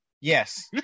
Yes